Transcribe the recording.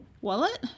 wallet